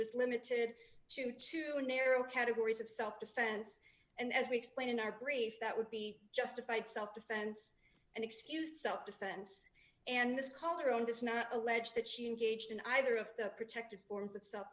was limited to two narrow categories of self defense and as we explained in our brief that would be justified self defense and excused self defense and this call their own does not allege that she engaged in either of the protected forms of self